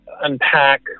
unpack